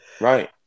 right